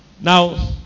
Now